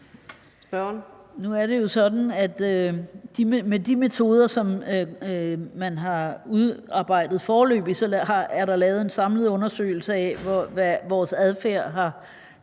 med de metoder, som man foreløbig har udarbejdet, er der lavet en samlet undersøgelse af, hvad vores adfærd har